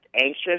anxious